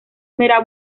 mera